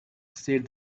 said